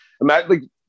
imagine